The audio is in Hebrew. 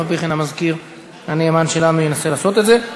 אף-על-פי-כן המזכיר הנאמן שלנו ינסה לעשות את זה.